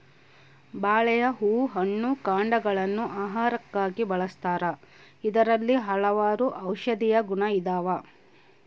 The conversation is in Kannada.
ಬಾಳೆಯ ಹೂ ಹಣ್ಣು ಕಾಂಡಗ ಳನ್ನು ಆಹಾರಕ್ಕಾಗಿ ಬಳಸ್ತಾರ ಇದರಲ್ಲಿ ಹಲವಾರು ಔಷದಿಯ ಗುಣ ಇದಾವ